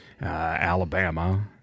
Alabama